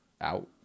out